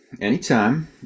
anytime